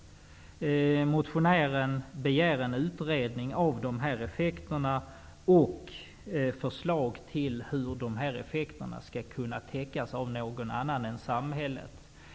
Motionären begär en utredning av dessa effekter och förslag på hur dessa effekter skall kunna täckas av någon annan än samhället.